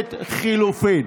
בממשלת החילופים.